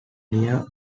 near